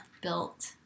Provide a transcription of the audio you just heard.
built